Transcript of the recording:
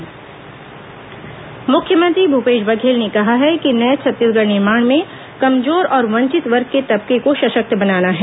मुख्यमंत्री अधिवक्ता संघ मुख्यमंत्री भूपेश बघेल ने कहा है कि नये छत्तीसगढ़ निर्माण में कमजोर और वंचित वर्ग के तबके को सशक्त बनाना है